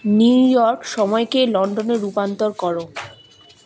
New York সময়কে লন্ডনে রূপান্তর করো